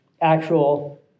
actual